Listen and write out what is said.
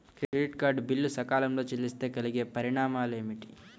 Credit card bill సకాలంలో చెల్లిస్తే కలిగే పరిణామాలేమిటి?